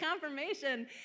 confirmation